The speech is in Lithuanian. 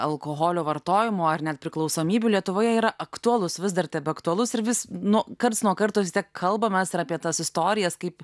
alkoholio vartojimo ar net priklausomybių lietuvoje yra aktualus vis dar tebeaktualus ir vis nu karts nuo karto tiek kalbamės apie tas istorijas kaip